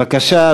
בבקשה,